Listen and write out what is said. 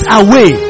away